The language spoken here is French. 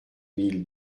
mille